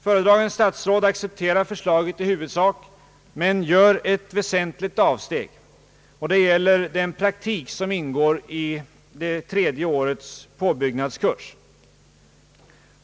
Föredragande statsråd accepterar förslaget i huvudsak men gör ett väsentligt avsteg. Det gäller den praktik som ingår i tredje årets påbyggnadskurs.